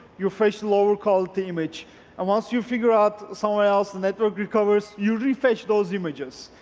you refresh the lower quality image and once you figure out someone else and network recovers, you refresh those images,